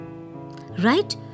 Right